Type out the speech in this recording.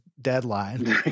deadline